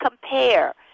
compare